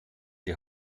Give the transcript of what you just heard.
die